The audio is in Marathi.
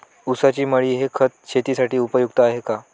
ऊसाची मळी हे खत शेतीसाठी उपयुक्त आहे का?